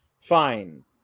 Fine